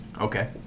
Okay